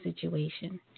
situation